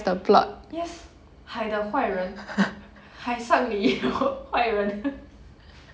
yes 海的坏人海上里有坏人